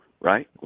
right